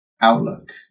Outlook